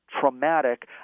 traumatic